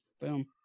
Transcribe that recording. boom